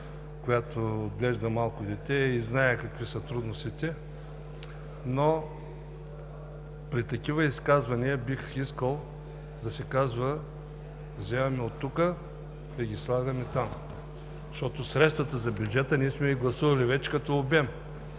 която отглежда малко дете, и зная какви са трудностите. При такива изказвания, бих искал, да се казва: вземаме оттук и ги слагаме там, защото средствата за бюджета ние сме ги гласували вече като обем.